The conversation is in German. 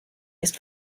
ist